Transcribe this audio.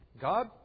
God